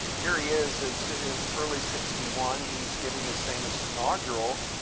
here he is is in early sixty one. he's giving his famous inaugural.